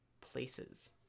places